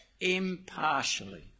impartially